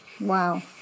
Wow